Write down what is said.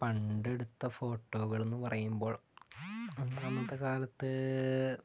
പണ്ടെടുത്ത ഫോട്ടോകൾ എന്നുപറയുമ്പോൾ അന്നത്തെ കാലത്ത്